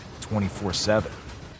24-7